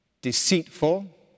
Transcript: Deceitful